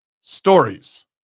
stories